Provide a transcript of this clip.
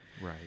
Right